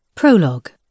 Prologue